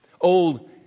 old